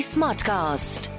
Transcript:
Smartcast